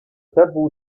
tabou